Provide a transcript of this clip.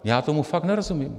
Já tomu fakt nerozumím.